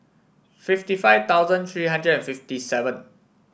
fifty five thousand three hundred and fifty seven